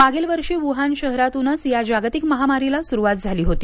मागील वर्षी वुहान शहरातूनच या जागतिक महामारीला सुरुवात झाली होती